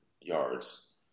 yards